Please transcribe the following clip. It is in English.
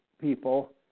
people